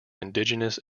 indigenous